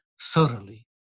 thoroughly